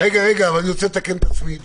רוצה לתקן את עצמי.